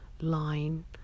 line